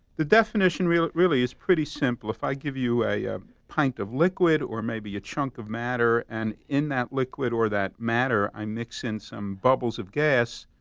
the definition really really is pretty simple. if i give you a ah pint of liquid or maybe a chunk of matter and in that liquid or that matter i mix in some bubbles of gas,